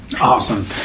Awesome